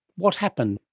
what happened?